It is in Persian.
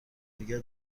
دیگر